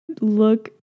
look